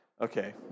Okay